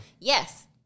Yes